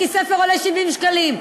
כי ספר עולה 70 שקלים.